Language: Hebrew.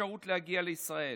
אפשרות להגיע לישראל.